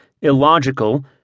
illogical